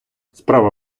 справа